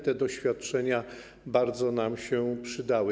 Te doświadczenia bardzo nam się przydały.